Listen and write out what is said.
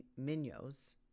minios